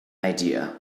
idea